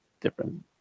different